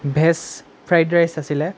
veg fried rice আছিলে